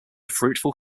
fruitful